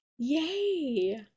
yay